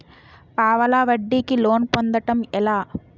పావలా వడ్డీ కి లోన్ పొందటం ఎలా?